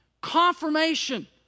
Confirmation